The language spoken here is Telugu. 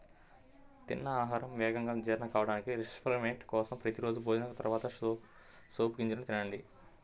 తిన్న ఆహారం వేగంగా జీర్ణం కావడానికి, రిఫ్రెష్మెంట్ కోసం ప్రతి రోజూ భోజనం తర్వాత సోపు గింజలను తినండి